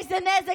איזה נזק?